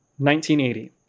1980